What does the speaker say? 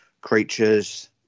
creatures